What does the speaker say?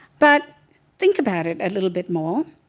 but think about it a little bit more.